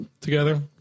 together